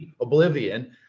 oblivion